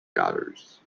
daughters